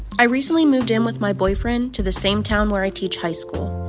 i recently moved in with my boyfriend to the same town where i teach high school.